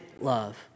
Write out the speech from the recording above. love